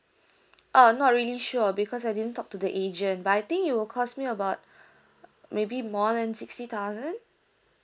uh not really sure because I didn't talk to the agent but I think it will cost me about maybe more than sixty thousand